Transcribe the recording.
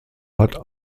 hat